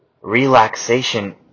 relaxation